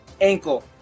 ankle